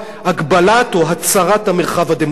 הגבלת או הצרת המרחב הדמוקרטי.